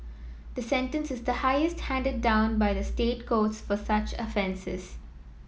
the sentence is the highest handed down by the State Courts for such offences